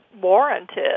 warranted